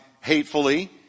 hatefully